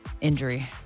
injury